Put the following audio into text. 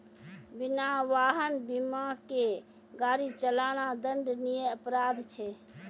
बिना वाहन बीमा के गाड़ी चलाना दंडनीय अपराध छै